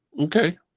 Okay